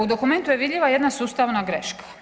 U dokumentu je vidljiva jedna sustavna greška.